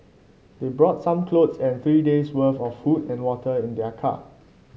they brought some clothes and three days' worth of food and water in their car